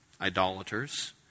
idolaters